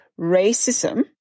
racism